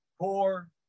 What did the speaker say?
poor